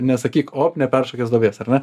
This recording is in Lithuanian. nesakyk op neperšokęs duobės ar ne